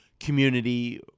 community